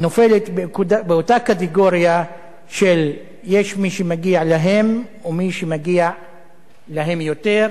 נופלת באותה קטגוריה של יש מי שמגיע להם ומי שמגיע להם יותר,